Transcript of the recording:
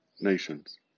nations